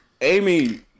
Amy